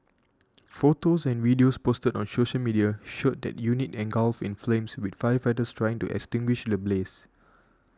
photos and videos posted on social media showed the unit engulfed in flames with firefighters trying to extinguish the blaze